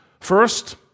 First